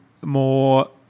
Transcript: more